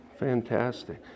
Fantastic